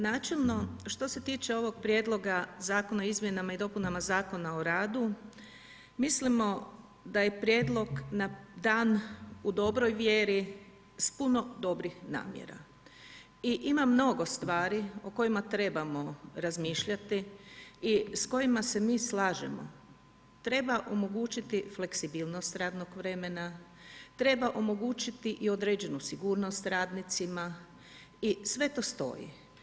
Načelno što se tiče ovog prijedloga zakona o izmjenama i dopunama Zakona o radu, mislimo da je prijedlog dan u dobroj vjeri s puno dobrih namjera i ima mnogo stvari o kojima trebamo razmišljati i s kojima se mi slažemo, treba omogućiti fleksibilnost radnog vremena, treba omogućiti i određenu sigurnost radnicima i sve to stoji.